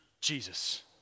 Jesus